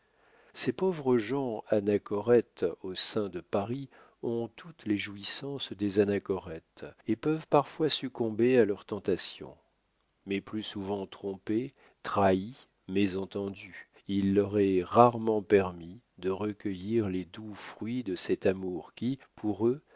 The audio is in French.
ces pauvres gens anachorètes au sein de paris ont toutes les jouissances des anachorètes et peuvent parfois succomber à leurs tentations mais plus souvent trompés trahis mésentendus il leur est rarement permis de recueillir les doux fruits de cet amour qui pour eux